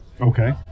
okay